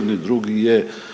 BiH. Drugi je